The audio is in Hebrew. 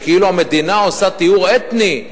כאילו המדינה עושה טיהור אתני.